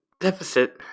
deficit